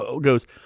goes